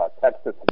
Texas